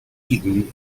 eton